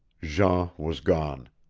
jean was gone.